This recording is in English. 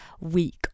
week